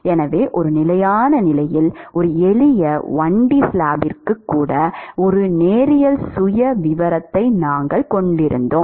எனவே ஒரு நிலையான நிலையில் ஒரு எளிய 1d ஸ்லாபிற்கு கூட ஒரு நேரியல் சுயவிவரத்தை நாங்கள் கொண்டிருந்தோம்